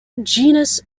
genus